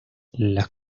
las